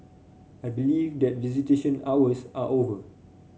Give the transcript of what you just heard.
I believe that visitation hours are over